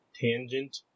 tangent